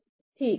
ठीक